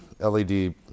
LED